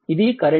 ఇది కరెంట్